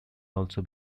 also